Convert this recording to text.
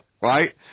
Right